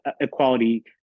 equality